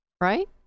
Right